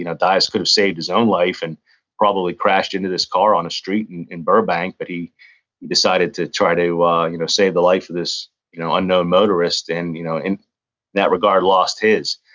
you know dyess could've saved his own life and probably crashed into this car on a street in in burbank, but he decided to try to ah you know save the life of this you know unknown motorist and you know in that regard lost his.